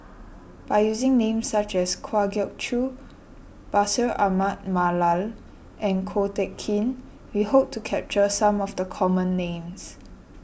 by using names such as Kwa Geok Choo Bashir Ahmad Mallal and Ko Teck Kin we hope to capture some of the common names